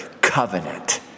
covenant